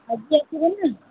ଆଜି ଆସିବେନା